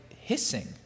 hissing